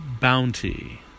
bounty